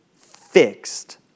fixed